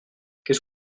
que